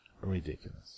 ridiculous